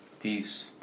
Peace